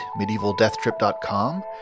MedievalDeathTrip.com